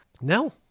No